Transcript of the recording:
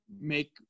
make